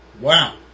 Wow